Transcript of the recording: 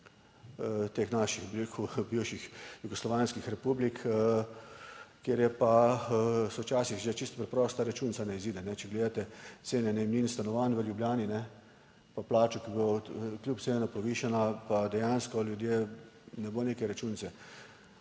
teh naših, bi rekel, bivših jugoslovanskih republik, kjer je pa se včasih že čisto preprosta računica ne izide. Če gledate cene najemnin stanovanj v Ljubljani, pa plačo, ki bo kljub vsemu povišana, pa dejansko, ljudje, ne bo neke računice.